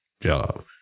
job